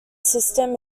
system